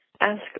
ask